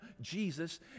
jesus